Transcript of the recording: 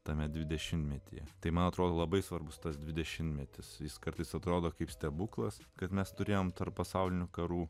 tame dvidešimtmetyje tai man atrodo labai svarbus tas dvidešimtmetis jis kartais atrodo kaip stebuklas kad mes turėjome tarp pasaulinių karų